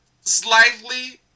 slightly